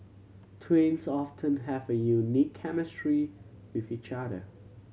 twins often have a unique chemistry with each other